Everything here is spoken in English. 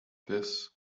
this